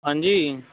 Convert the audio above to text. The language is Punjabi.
ਹਾਂਜੀ